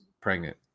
pregnant